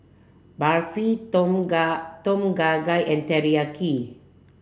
Barfi Tom Kha Tom Kha Gai and Teriyaki